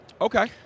Okay